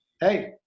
hey